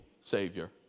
Savior